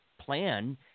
plan